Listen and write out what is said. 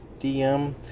DM